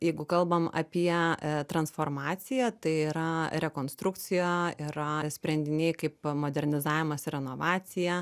jeigu kalbam apie e transformaciją tai yra rekonstrukcija yra sprendiniai kaip modernizavimas ir renovacija